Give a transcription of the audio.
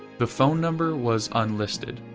the phone number was unlisted,